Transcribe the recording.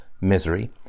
misery